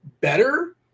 better